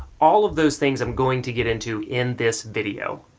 all of those things i'm going to get into in this video.